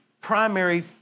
primary